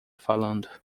falando